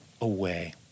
away